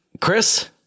Chris